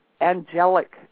angelic